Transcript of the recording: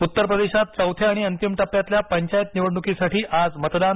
उत्तरप्रदेशात चौथ्या आणि अंतिम टप्प्यातल्या पंचायत निवडणुकीसाठी आज मतदान